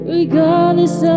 Regardless